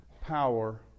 power